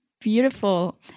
beautiful